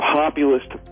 populist